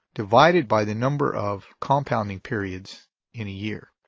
divided by the number of compounding periods in a year.